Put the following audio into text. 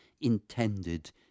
intended